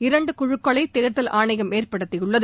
இரண்டு குழுக்களை தேர்தல் ஆணையம் ஏற்படுத்தியுள்ளது